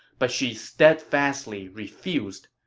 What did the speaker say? but she steadfastly refused.